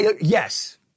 yes